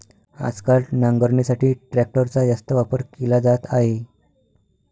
आजकाल नांगरणीसाठी ट्रॅक्टरचा जास्त वापर केला जात आहे